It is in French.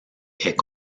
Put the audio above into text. est